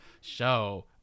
show